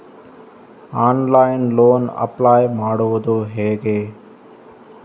Online loan apply ಮಾಡುವುದು ಹೇಗೆ?